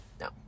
No